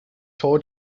tore